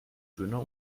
döner